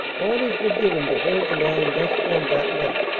orders were given to hold the line thus won that night,